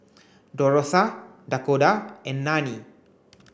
Dorotha Dakoda and Nanie